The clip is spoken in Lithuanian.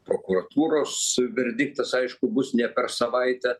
prokuratūros verdiktas aišku bus ne per savaitę